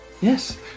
Yes